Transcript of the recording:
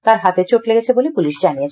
তার হাতে চোট লেগেছে বলে পুলিশ জানিয়েছে